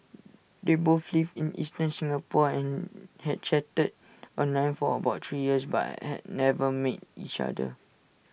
they both lived in eastern Singapore and had chatted online for about three years but had never met each other